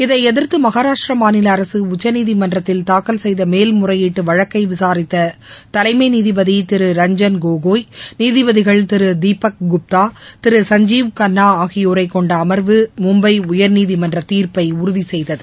இதைத் எதிர்த்து மகாராஷ்டிர மாநில அரசு உச்சநீதிமன்றத்தில் தாக்கல் செய்த மேல்முறையீட்டு வழக்கை விசாரித்த தலைமை நீதிபதி திரு ரஞ்சன் கோகாய் நீதிபதிகள் திரு தீபக் குப்தா திரு சஞ்சீவ் கன்னா ஆகியோரை கொண்ட அமர்வு மும்பை உயர்நீதிமன்ற தீர்ப்பை உறுதிசெய்தது